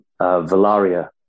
Valaria